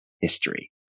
history